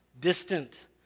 distant